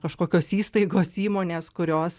kažkokios įstaigos įmonės kurios